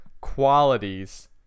qualities